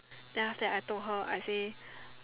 then after that I told her I say